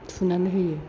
थुनानै होयो